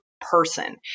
person